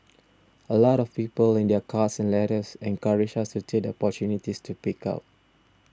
a lot of people in their cards and letters encouraged us to take the opportunities to speak out